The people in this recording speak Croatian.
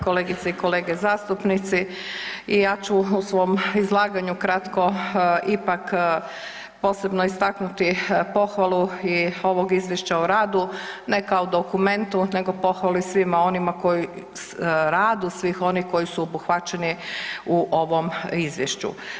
Kolegice i kolege zastupnici i ja ću u svom izlaganju kratko ipak posebno istaknuti pohvalu i ovog izvješća o radu, ne kao dokumentu nego pohvalu i svima onima koji, radu svih onih koji su obuhvaćeni u ovom izvješću.